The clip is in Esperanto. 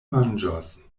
manĝos